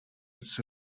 its